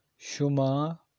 Shuma